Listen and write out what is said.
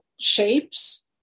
shapes